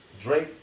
Drake